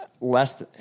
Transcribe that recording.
less